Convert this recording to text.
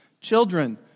Children